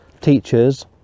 teachers